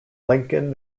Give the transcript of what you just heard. lincoln